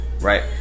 right